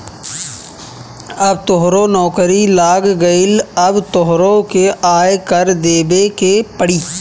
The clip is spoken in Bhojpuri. अब तोहरो नौकरी लाग गइल अब तोहरो के आय कर देबे के पड़ी